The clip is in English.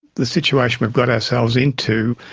the situation we've got ourselves into,